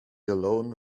alone